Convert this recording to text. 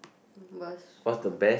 worst ah